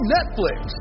Netflix